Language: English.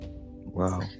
wow